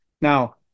Now